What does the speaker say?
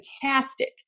fantastic